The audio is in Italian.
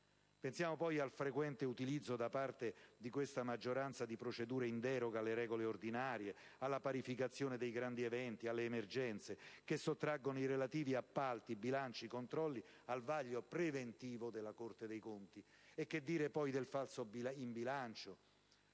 Pensiamo poi al frequente utilizzo da parte di questa maggioranza di procedure in deroga alle regole ordinarie, alla parificazione dei grandi eventi alle emergenze, che sottraggono i relativi appalti, bilanci, controlli al vaglio preventivo della Corte dei conti. Che dire poi del falso in bilancio?